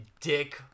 dick